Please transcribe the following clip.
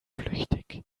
flüchtig